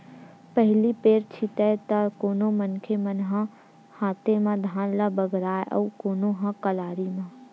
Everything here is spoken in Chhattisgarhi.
पहिली पैर छितय त कोनो मनखे मन ह हाते म धान ल बगराय अउ कोनो ह कलारी म